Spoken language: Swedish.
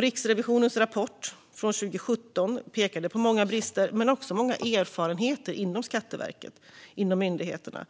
Riksrevisionens rapport från 2017 pekade på många brister men också på många erfarenheter inom Skatteverket, inom myndigheterna,